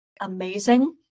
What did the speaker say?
amazing